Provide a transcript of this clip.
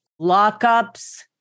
Lockups